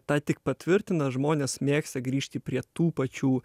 tą tik patvirtina žmonės mėgsta grįžti prie tų pačių